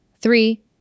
Three